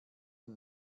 und